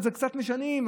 אז קצת משנים.